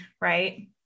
right